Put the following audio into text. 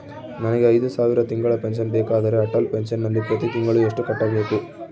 ನನಗೆ ಐದು ಸಾವಿರ ತಿಂಗಳ ಪೆನ್ಶನ್ ಬೇಕಾದರೆ ಅಟಲ್ ಪೆನ್ಶನ್ ನಲ್ಲಿ ಪ್ರತಿ ತಿಂಗಳು ಎಷ್ಟು ಕಟ್ಟಬೇಕು?